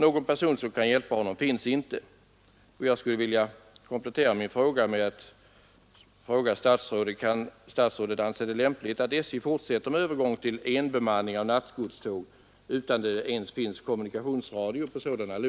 Någon person som kan hjälpa honom finns inte.